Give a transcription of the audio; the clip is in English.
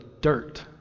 dirt